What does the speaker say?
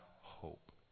hope